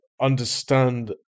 understand